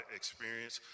experience